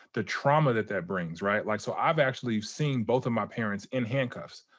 the trauma that that brings, right? like, so, i've actually seen both of my parents in handcuffs.